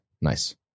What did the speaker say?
nice